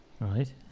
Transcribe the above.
right